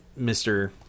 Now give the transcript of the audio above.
Mr